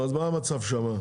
מה המצב שם?